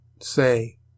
say